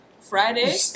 Friday